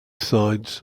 sides